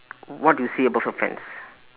what do you see above the fence